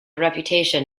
reputation